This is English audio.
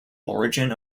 origin